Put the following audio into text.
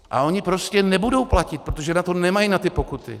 A oni prostě nebudou platit, protože na to nemají, na ty pokuty.